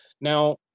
Now